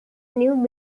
new